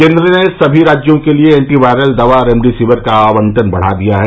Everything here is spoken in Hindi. केंद्र ने सभी राज्यों के लिए एंटी वायरल दवा रेमडेसिविर का आवंटन बढा दिया है